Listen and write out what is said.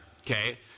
Okay